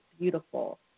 beautiful